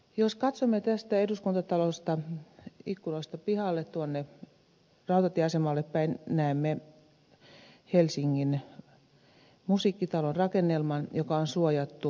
jos katsomme tästä eduskuntatalosta ikkunoista pihalle tuonne rautatieasemalle päin näemme helsingin musiikkitalon rakennelman joka on suojattu pressuilla